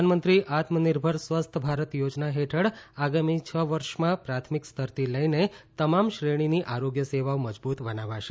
પ્રધાનમંત્રી આત્મનિર્ભર સ્વસ્થ ભારત યોજના હેઠળ આગામી છ વર્ષમાં પ્રાથમિક સ્તરથી લઈને તમામ શ્રેણીની આરોગ્ય સેવાઓ મજબૂત બનાવાશે